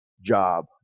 job